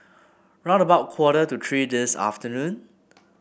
round about quarter to three this afternoon